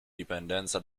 dipendenza